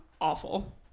awful